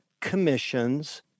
commissions